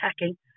attacking